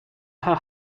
her